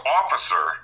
officer